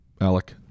Alec